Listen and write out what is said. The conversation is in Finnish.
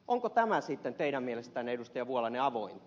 onko tämä sitten teidän mielestänne ed